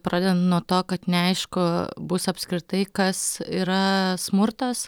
pradedant nuo to kad neaišku bus apskritai kas yra smurtas